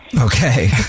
Okay